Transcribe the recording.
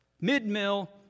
mid-mill